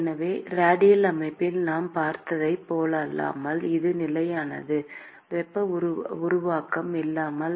எனவே ரேடியல் அமைப்பில் நாம் பார்த்ததைப் போலல்லாமல் இது நிலையானது அல்ல வெப்ப உருவாக்கம் இல்லாமல்